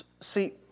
See